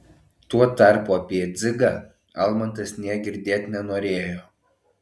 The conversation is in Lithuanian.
tuo tarpu apie dzigą almantas nė girdėt nenorėjo